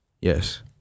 yes